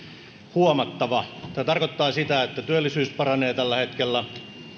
huomattava tämä tarkoittaa sitä että työllisyys paranee tällä hetkellä